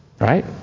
Right